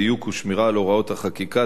דיוק ושמירה על הוראות החקיקה,